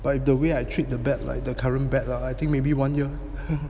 by the way I treat the bet like the current bet I think maybe one year